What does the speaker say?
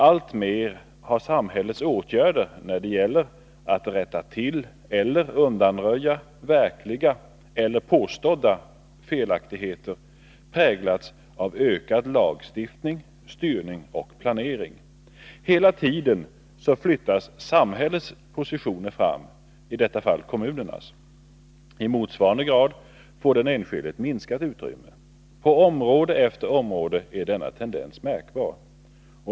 Alltmer har samhällets åtgärder när det gäller att rätta till eller undanröja verkliga eller påstådda felaktigheter präglats av ökad lagstiftning, styrning och planering. Hela tiden flyttas samhällets positioner fram, i detta fallet kommunernas. I motsvarande grad får den enskilde ett minskat utrymme. På område efter område är denna tendens märkbar.